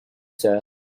sir